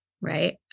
Right